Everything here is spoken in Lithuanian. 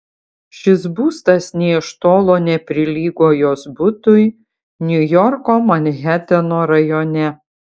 šis būstas nė iš tolo neprilygo jos butui niujorko manheteno rajone